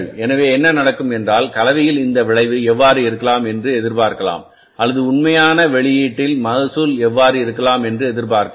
எனவே என்ன நடக்கும் என்றால் கலவையில் இந்த விளைவு எவ்வாறு இருக்கலாம் என்று எதிர்பார்க்கலாம் அல்லது உண்மையான வெளியீட்டில் மகசூல் எவ்வாறு இருக்கலாம் என்று எதிர்பார்க்கலாம்